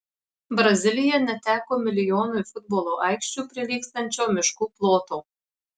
brazilija neteko milijonui futbolo aikščių prilygstančio miškų ploto